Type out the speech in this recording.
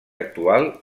actual